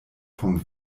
vom